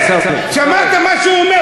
עיסאווי, אני, שמעת מה שהוא אומר?